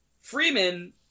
Freeman